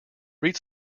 read